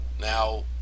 now